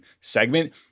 segment